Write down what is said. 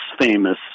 famous